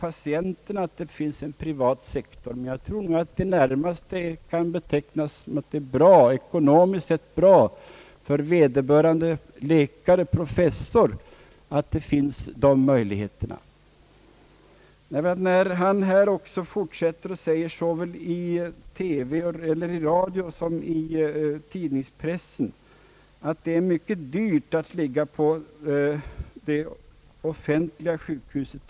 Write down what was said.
Han menar nog att det är bra för patienterna, men jag tror att det kan betecknas som ekonomiskt sett bra även för vederbörande professor. Han fortsätter och säger, såväl i radio som i tidningspressen, att det är mycket dyrt att ligga på det offentliga sjukhuset.